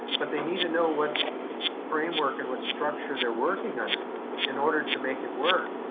but they need to know what framework and what structure they're working under in order to make it work.